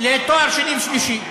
לתואר שני ושלישי?